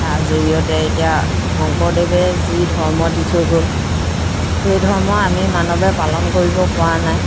তাৰ জৰিয়তে এতিয়া শংকৰদেৱে যি ধৰ্ম দি থৈ গ'ল সেই ধৰ্ম আমি মানৱে পালন কৰিব পৰা নাই